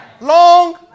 long